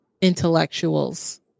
intellectuals